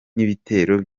n’ibitero